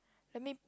let me